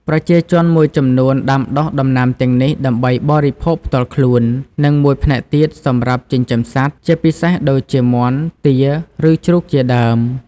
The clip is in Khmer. ប្រជាជនមួយចំនួនដាំដុះដំណាំទាំងនេះដើម្បីបរិភោគផ្ទាល់ខ្លួន និងមួយផ្នែកទៀតសម្រាប់ចិញ្ចឹមសត្វ ជាពិសេសដូចជាមាន់ ទា ឬជ្រូកជាដើម។